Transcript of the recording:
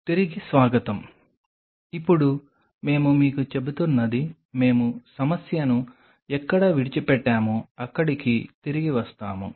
తిరిగి స్వాగతం ఇప్పుడు మేము మీకు చెబుతున్నది మేము సమస్యను ఎక్కడ విడిచిపెట్టామో అక్కడికి తిరిగి వస్తోంది